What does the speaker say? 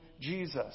Jesus